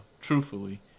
truthfully